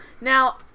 Now